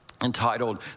entitled